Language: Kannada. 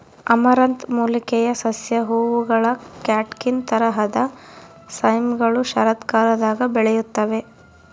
ಅಮರಂಥ್ ಮೂಲಿಕೆಯ ಸಸ್ಯ ಹೂವುಗಳ ಕ್ಯಾಟ್ಕಿನ್ ತರಹದ ಸೈಮ್ಗಳು ಶರತ್ಕಾಲದಾಗ ಬೆಳೆಯುತ್ತವೆ